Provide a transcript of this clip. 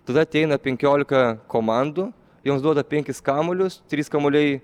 tada ateina penkiolika komandų joms duoda penkis kamuolius trys kamuoliai